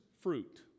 fruit